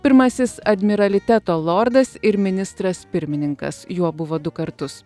pirmasis admiraliteto lordas ir ministras pirmininkas juo buvo du kartus